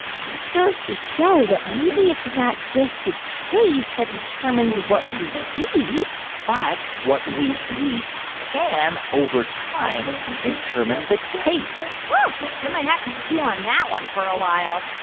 just goes to show that maybe it's not just the taste that determines what we eat but what we eat can, over time, determine the taste i might have to chew on that one for a while.